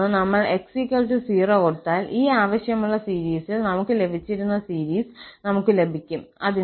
മറ്റൊന്ന് നമ്മൾ 𝑥0 കൊടുത്താൽ ഈ ആവശ്യമുള്ള സീരിസിൽ നമുക്ക് ലഭിച്ചിരുന്ന സീരിസ് നമുക്ക് ലഭിക്കും